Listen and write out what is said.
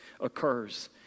occurs